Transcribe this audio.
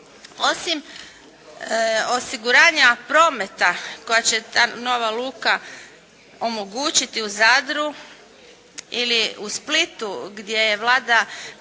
Osim osiguranja prometa koja će ta nova luka omogućiti u Zadru ili u Splitu gdje je Vlada